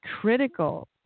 critical